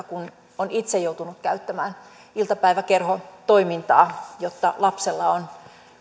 kun olen itse joutunut käyttämään iltapäiväkerhotoimintaa jotta lapsella on